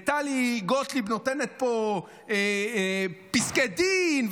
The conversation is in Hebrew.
וטלי גוטליב נותנת פה פסקי דין,